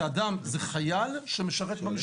זה חייל שמשרת במשטרה.